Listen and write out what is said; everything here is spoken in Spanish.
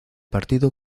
partido